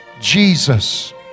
Jesus